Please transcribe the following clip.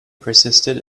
persisted